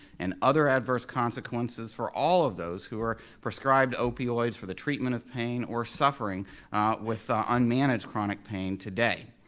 and other adverse consequences for all of those who are prescribed opioids for the treatment of pain or suffering with ah unmanaged chronic pain today.